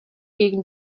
gegen